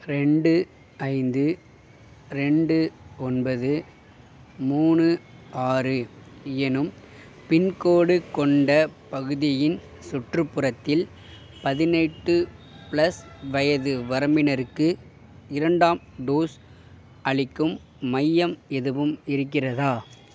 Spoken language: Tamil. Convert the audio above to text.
ரெண்டு ஐந்து ரெண்டு ஒன்பது மூணு ஆறு எனும் பின்கோடு கொண்ட பகுதியின் சுற்றுப்புறத்தில் பதினெட்டு பிளஸ் வயது வரம்பினருக்கு இரண்டாம் டோஸ் அளிக்கும் மையம் எதுவும் இருக்கிறதா